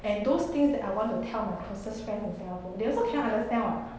and those things that I want to tell my closest friend in singapore they also cannot understand [what]